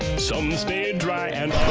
some stay dry and